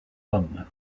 homme